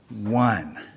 one